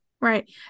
Right